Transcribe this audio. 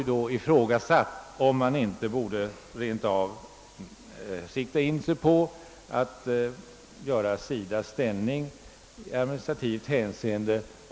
Vi har ifrågasatt om man inte rent av borde sikta in sig på att förändra SIDA:s ställning i administrativt hänseende.